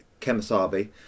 Kemisabi